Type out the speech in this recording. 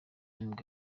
nibwo